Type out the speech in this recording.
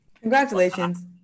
Congratulations